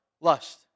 Lust